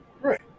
Right